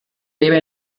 lebe